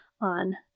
on